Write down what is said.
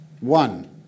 One